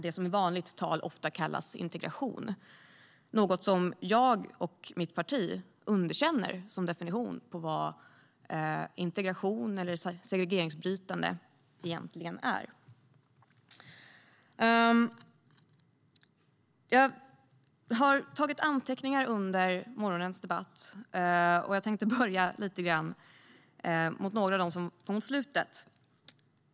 Det kallas i vanligt tal ofta för integration. Det är något som jag och mitt parti underkänner som definition av vad integration eller segregeringsbrytande egentligen är. Jag har fört anteckningar under morgonens debatt. Jag tänkte börja lite grann med det som kom upp mot slutet.